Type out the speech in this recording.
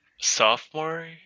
sophomore